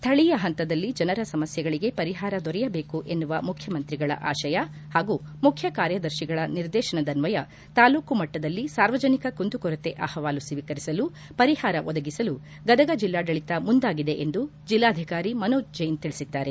ಸ್ಟಳೀಯ ಪಂತದಲ್ಲಿ ಜನರ ಸಮಸ್ತೆಗಳಿಗೆ ಪರಿಹಾರ ದೊರೆಯಬೇಕು ಎನ್ನುವ ಮುಖ್ಯಮಂತ್ರಿಗಳ ಆಶಯ ಹಾಗೂ ಮುಖ್ಯಕಾರ್ಯದರ್ಶಿಗಳ ನಿರ್ದೇಶನದನ್ವಯ ತಾಲೂಕು ಮಟ್ಟದಲ್ಲಿ ಸಾರ್ವಜನಿಕ ಕುಂದುಕೊರತೆ ಅಹವಾಲು ಸ್ವೀಕರಿಸಿ ಪರಿಹಾರ ಒದಗಿಸಲು ಗದಗ ಜಿಲ್ಲಾಡಳಿತ ಮುಂದಾಗಿದೆ ಎಂದು ಜಿಲ್ಲಾಧಿಕಾರಿ ಮನೋಜ್ ಜೈನ್ ತಿಳಿಸಿದ್ದಾರೆ